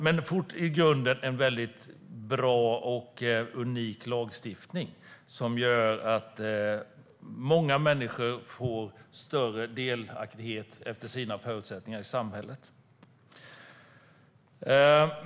Men det är i grunden en mycket bra och unik lagstiftning, som gör att många människor får större delaktighet efter sina förutsättningar i samhället.